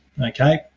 Okay